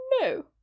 no